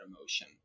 emotion